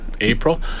April